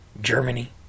Germany